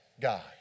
God